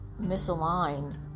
misalign